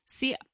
See